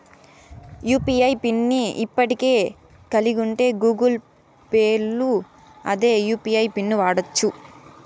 UPI PIN ని ఇప్పటికే కలిగుంటే గూగుల్ పేల్ల అదే యూ.పి.ఐ పిన్ను వాడచ్చు